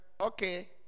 okay